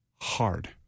hard